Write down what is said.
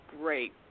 great